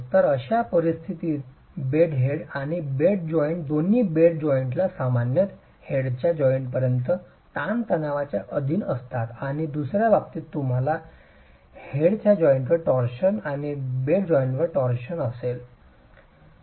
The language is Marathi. तर अशा परिस्थितीत हेड बेड आणि बेड जॉइंट दोन्ही बेड जॉइंटला सामान्य हेडच्या जॉइंटपर्यंत ताणतणावाच्या अधीन असतात आणि दुसर्या बाबतीत तुम्हाला हेडच्या जॉइंटवर टॉरशन आणि बेड जॉइंटवर टॉरशन असेल